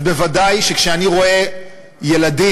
אז בוודאי, כשאני רואה ילדים